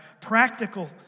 practical